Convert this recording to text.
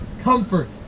Comfort